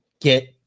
get